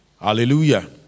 Hallelujah